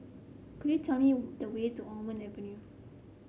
could you tell me the way to Almond Avenue